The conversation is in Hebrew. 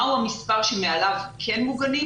מהו המספר שמעליו כן מוגנים,